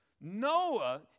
Noah